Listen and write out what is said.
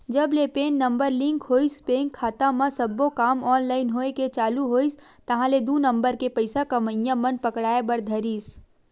जब ले PAN number link होइस बेंक खाता म सब्बो काम ऑनलाइन होय के चालू होइस ताहले दू नंबर के पइसा कमइया मन पकड़ाय बर धरिस